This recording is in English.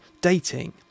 dating